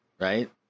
right